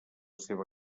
seva